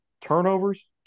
Turnovers